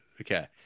Okay